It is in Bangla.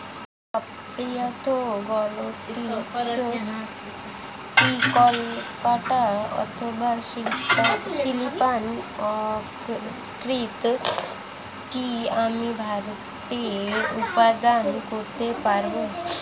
স্প্যাথোগ্লটিস প্লিকাটা অথবা ফিলিপাইন অর্কিড কি আমি ভারতে উৎপাদন করতে পারবো?